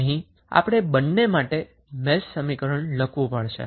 આપણે બંને માટે મેશ સમીકરણ લખવું પડશે